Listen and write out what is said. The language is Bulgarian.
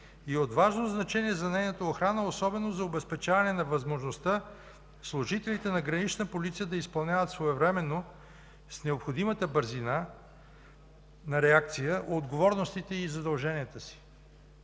е от значение за нейната охрана, особено за обезпечаване на възможността служителите на „Гранична полиция” да изпълняват своевременно, с необходимата бързина на реакция отговорностите и задълженията си.